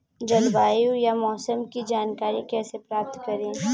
जलवायु या मौसम की जानकारी कैसे प्राप्त करें?